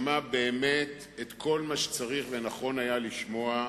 שמעה באמת את כל מה שצריך ונכון היה לשמוע.